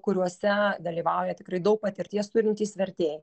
kuriuose dalyvauja tikrai daug patirties turintys vertėjai